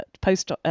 post